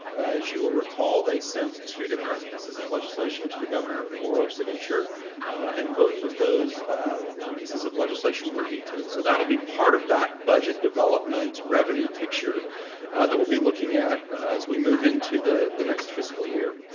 as you will recall, they sent two different pieces of legislation to the governor for signature and both of those pieces of legislation were vetoed. so that'll be part of that budget development revenue picture that we'll be looking at as we move into the the next fiscal year.